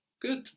Good